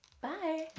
Bye